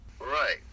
Right